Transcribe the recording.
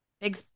Big